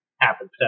happen